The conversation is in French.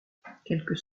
quelques